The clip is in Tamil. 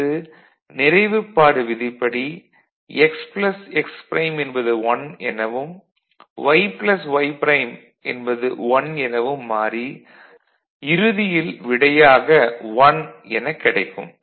அடுத்து நிறைவுப்பாடு விதிப்படி x x ப்ரைம் என்பது 1 எனவும் y y ப்ரைம் என்பது 1 எனவும் மாறி இறுதியில் விடையாக 1 எனக் கிடைக்கும்